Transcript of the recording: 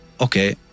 okay